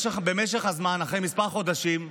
במשך הזמן, אחרי כמה חודשים,